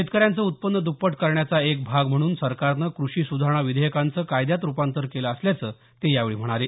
शेतकऱ्यांचं उत्पन्न द्प्पट करण्याचा एक भाग म्हणून सरकारनं कृषी सुधारणा विधेयकांचं कायद्यात रुपांतर केलं असल्याचं ते यावेळी म्हणाले